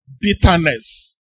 bitterness